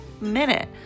minute